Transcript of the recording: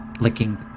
licking